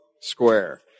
square